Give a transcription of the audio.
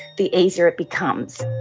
the easier it becomes.